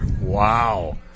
Wow